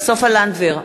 סופה לנדבר,